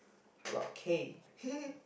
about cane